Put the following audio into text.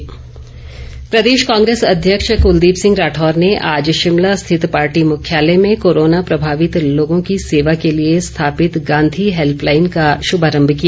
राठौर प्रदेश कांग्रेस अध्यक्ष कुलदीप सिंह राठौर ने आज शिमला स्थित पार्टी मुख्यालय में कोरोना प्रभावित लोगों की सेवा के लिए स्थापित गांधी हेल्पलाइन का शुभारंभ किया